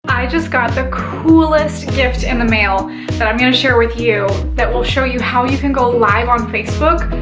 i just got the coolest gift in the mail that i'm gonna share with you that will show you how you can go live on facebook,